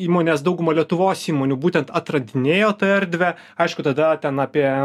įmonės dauguma lietuvos įmonių būtent atradinėjo tą erdvę aišku tada ten apie